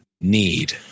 need